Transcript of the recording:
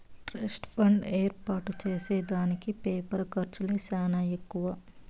trust fund ఏర్పాటు చేసే దానికి పేపరు ఖర్చులే సానా ఎక్కువ